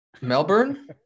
Melbourne